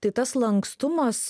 tai tas lankstumas